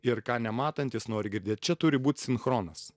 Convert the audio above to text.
ir ką nematantys nori girdėt čia turi būt sinchronas